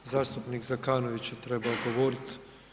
Zastupnik Zekanović je trebao govorit.